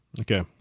Okay